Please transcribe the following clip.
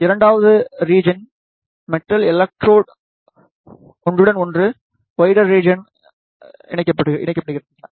இரண்டாவது ரீஜியனின் metal electrode ஒன்றுடன் ஒன்று ஒய்டர் ரீஜியன் இணைக்கப்படுகின்றன